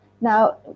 Now